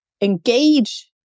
engage